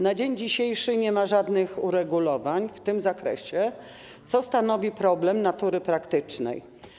Na dzień dzisiejszy nie ma żadnych uregulowań w tym zakresie, co stanowi problem natury praktycznej.